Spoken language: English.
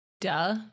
Duh